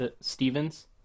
Stevens